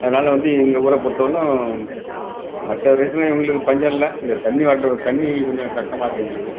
அதனால வந்து எங்கள் ஊரை பொருத்தவரலும் மற்ற டையத்தில் எங்களுக்கு பஞ்சம் இல்லை இங்கே தண்ணி வறண்டு தண்ணிக்கு கொஞ்சம் கஸ்டமாக இருக்கு எங்களுக்கு